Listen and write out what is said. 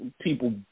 people